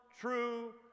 true